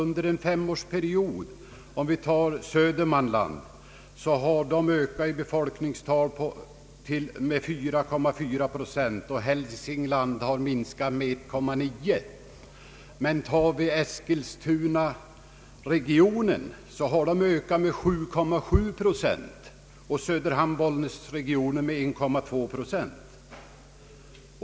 Under en femårsperiod har Södermanlands befolkningstal ökat med 4,4 procent och Hälsinglands minskat med 1,9 procent. Eskilstunaregionen har ökat med 7,7 procent och Söderhamn— Bollnäs-regionen minskat med 1,2 procent.